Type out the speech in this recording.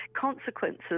consequences